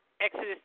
Exodus